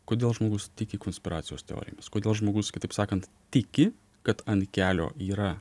kodėl žmogus tiki konspiracijos teorijomis kodėl žmogus kitaip sakant tiki kad ant kelio yra